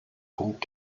punkt